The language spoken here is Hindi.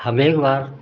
हम एक बार